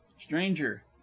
stranger